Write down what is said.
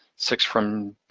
six from